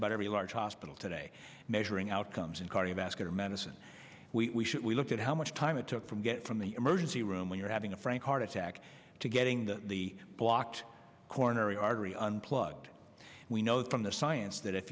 about every large hospital today measuring outcomes in cardiovascular medicine we should we look at how much time it took from get from the emergency room when you're having a frank heart attack to getting the the blocked coronary artery unplugged we know that from the science that if